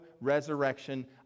resurrection